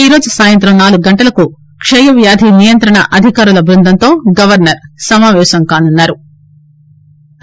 ఇవాళ సాయంత్రం నాలుగు గంటలకు క్షయవ్యాధి నియం్రణ అధికారుల బృందంతో గవర్నర్ సమావేశం కానున్నారు